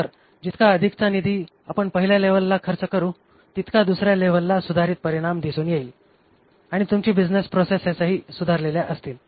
तर जितका अधिकचा निधी आपण पहिल्या लेव्हलला खर्च करू तितका दुसऱ्या लेव्हलला सुधारित परिणाम दिसून येतील आणि तुमची बिझनेस प्रोसेसेसही सुधारलेल्या दिसतील